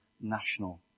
national